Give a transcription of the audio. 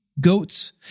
goats